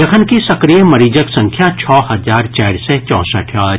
जखनकि सक्रिय मरीजक संख्या छओ हजार चारि सय चौंसठि अछि